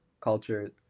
culture